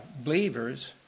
Believers